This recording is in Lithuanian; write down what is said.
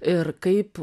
ir kaip